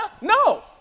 No